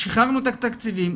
שחררנו את התקציבים,